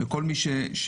וכל מי שמעורב.